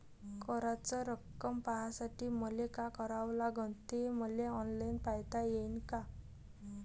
कराच रक्कम पाहासाठी मले का करावं लागन, ते मले ऑनलाईन पायता येईन का?